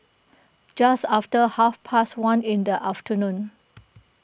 just after half past one in the afternoon